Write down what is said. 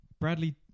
Bradley